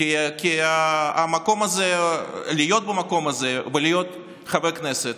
כי זה כבוד גדול עבורי להיות במקום הזה ולהיות חבר כנסת.